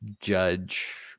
judge